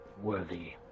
worthy